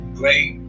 great